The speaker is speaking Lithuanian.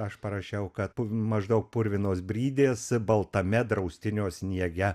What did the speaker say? aš parašiau kad po maždaug purvinos brydės baltame draustinio sniege